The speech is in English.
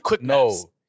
No